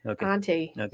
auntie